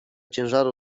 ciężaru